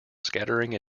scattering